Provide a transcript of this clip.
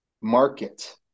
market